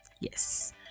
yes